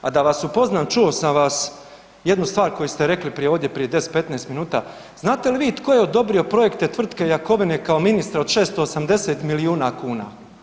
A da vas upoznam čuo sam vas jednu stvar koju ste rekli prije, ovdje prije 10-15 minuta, znate li vi tko je odobrio projekte tvrtke Jakovine kao ministra od 680 milijuna kuna?